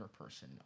person